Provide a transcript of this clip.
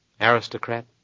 aristocrat